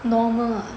normal ah